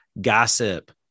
gossip